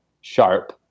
Sharp